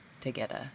together